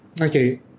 okay